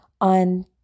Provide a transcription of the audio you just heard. on